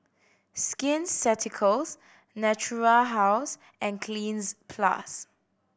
Skin Ceuticals Natura House and Cleanz Plus